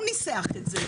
הוא ניסח את זה.